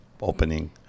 opening